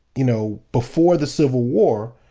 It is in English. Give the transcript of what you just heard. you know, before the civil war,